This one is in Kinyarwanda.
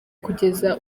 kugeza